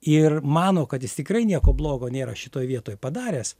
ir mano kad jis tikrai nieko blogo nėra šitoj vietoj padaręs